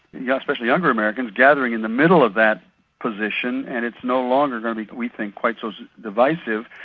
yeah especially younger americans, gathering in the middle of that position, and it's no longer going to be, we think, quite so divisive,